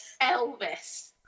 Elvis